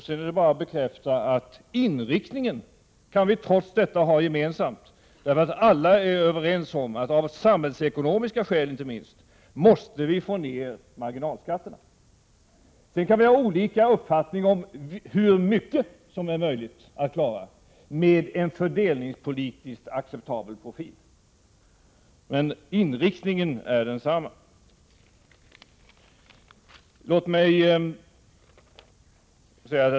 Sedan är det bara att bekräfta att vi trots detta kan ha inriktningen gemensamt. Alla är nämligen överens om att vi, inte minst av samhällsekonomiska skäl, måste få ned marginalskatterna. Sedan kan vi ha olika uppfattning om hur mycket som är möjligt att klara med en fördelningspolitiskt acceptabel profil. Men inriktningen är densamma.